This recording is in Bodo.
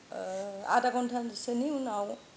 आदा घन्टासोनि उनाव